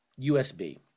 USB